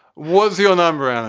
was your number? um